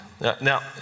Now